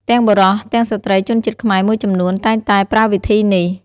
ទាំងបុរស ទាំងស្ត្រីជនជាតិខ្មែរមួយចំនួនតែងតែប្រើវិធីនេះ។